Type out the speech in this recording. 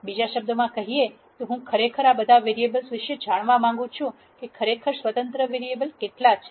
બીજા શબ્દોમાં કહીએ તો હું ખરેખર આ બધા વેરીએબલ વિશે જાણવા માંગુ છું કે ખરેખર સ્વતંત્ર વેરીએબલ કેટલા છે